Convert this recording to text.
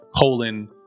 colon